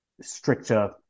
stricter